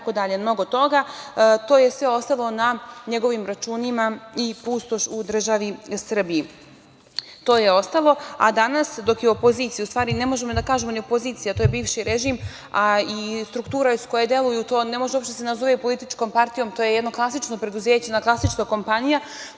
mnogo toga. To je sve ostalo na njegovim računima i pustoš u državi Srbiji. To je ostalo, a danas dok je opozicija, u stvari ne možemo da kažemo ni opozicija, to je bivši režim, a i strukture koje deluju se ne mogu nazvati političkom partijom, jer to je jedno klasično preduzeće, klasična kompanija